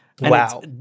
Wow